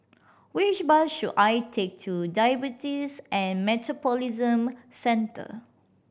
which bus should I take to Diabetes and Metabolism Centre